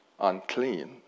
unclean